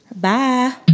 Bye